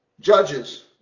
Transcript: Judges